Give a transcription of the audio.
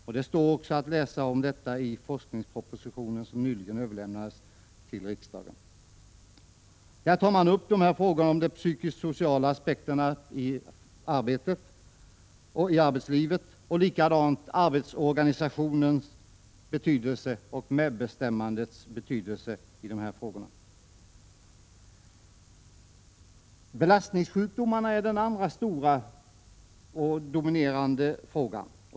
Det står också att läsa om detta i forskningspropositionen som nyligen överlämnades till riksdagen. Där tar man upp frågorna om de psykosociala aspekterna i arbetslivet liksom arbetsorganisationens och medbestämmandets betydelse i sammanhanget. Belastningssjukdomarna är den andra stora och dominerande frågan.